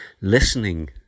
listening